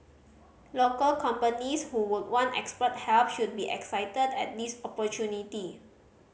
local companies who would want expert help should be excited at this opportunity